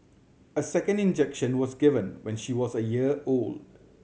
a second injection was given when she was a year old